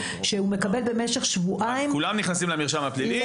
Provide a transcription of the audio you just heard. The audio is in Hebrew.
שהוא מקבל במשך שבועיים --- כולם נכנסים למרשם הפלילי,